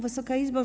Wysoka Izbo!